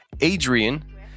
Adrian